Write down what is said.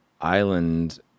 Island